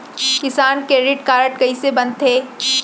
किसान credit card कइसे बनथे?